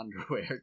underwear